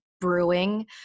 brewing